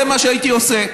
זה מה שהייתי עושה.